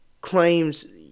claims